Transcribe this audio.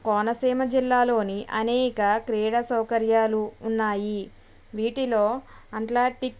కోనసీమ జిల్లాలోని అనేక క్రీడ సౌకర్యాలు ఉన్నాయి వీటిలో అట్లాంటిక్